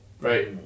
Right